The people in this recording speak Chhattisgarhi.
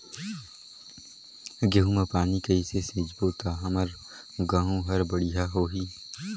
गहूं म पानी कइसे सिंचबो ता हमर गहूं हर बढ़िया होही?